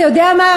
אתה יודע מה,